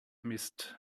mist